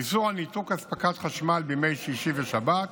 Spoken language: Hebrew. איסור ניתוק אספקת חשמל בימי שישי ושבת,